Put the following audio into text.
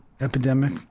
epidemic